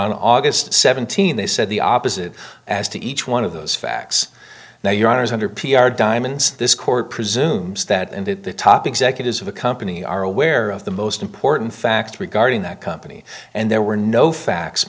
on august seventeenth they said the opposite as to each one of those facts now your honour's under p r diamonds this court presumes that and at the top executives of the company are aware of the most important facts regarding that company and there were no facts